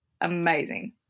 Amazing